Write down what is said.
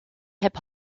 hip